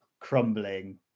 crumbling